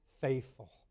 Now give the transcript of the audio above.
faithful